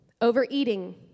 overeating